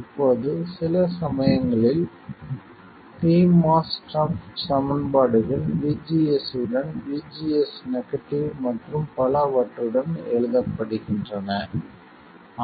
இப்போது சில சமயங்களில் pMOS ஸ்டஃப் சமன்பாடுகள் VGS உடன் VGS நெகட்டிவ் மற்றும் பலவற்றுடன் எழுதப்படுகின்றன